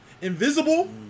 Invisible